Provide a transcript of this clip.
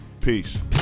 Peace